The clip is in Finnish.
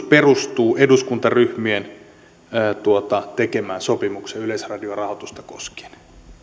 perustuu eduskuntaryhmien tekemään sopimukseen yleisradion rahoitusta koskien